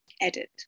edit